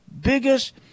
biggest